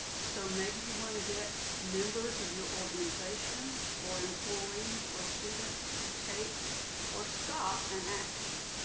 so maybe you want to get members of your organization, or employees, or students, to take or stop an action.